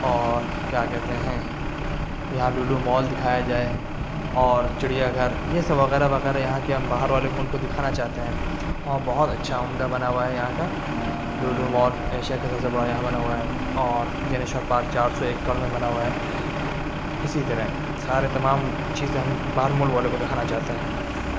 اور کیا کہتے ہیں یہاں لولو مال دکھایا جائے اور چڑیا گھر یہ سب وغیرہ وغیرہ یہاں کے ہم باہر والے ملک کو دکھانا چاہتے ہیں اور بہت اچھا عمدہ بنا ہوا ہے یہاں کا لولو مال ایشیا کا سب سے بڑا یہاں بنا ہوا ہے اور جینیشور پارک چار سو ایکڑ میں بنا ہوا ہے اسی طرح سارے تمام چیزیں ہم باہر ملک والوں کو دکھانا چاہتے ہیں